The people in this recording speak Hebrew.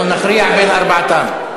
אנחנו נכריע בין ארבעתן.